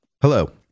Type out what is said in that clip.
Hello